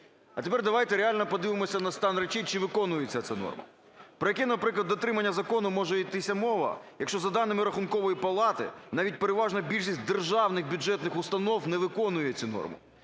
А тепер давайте реально подивимося на стан речей – чи виконується ця норма. Про яке, наприклад, дотримання закону може йтися мова, якщо за даними Рахункової палати, навіть переважна більшість державних бюджетних установ не виконує ці норми.